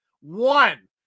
One